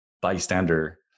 bystander